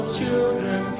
children